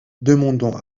demandons